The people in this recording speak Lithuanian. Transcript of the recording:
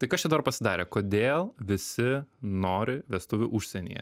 tai kas čia dabar pasidarė kodėl visi nori vestuvių užsienyje